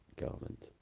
Garment